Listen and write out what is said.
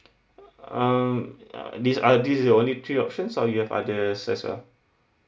um are these are these your only three options or you have others as well